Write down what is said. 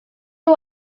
nhw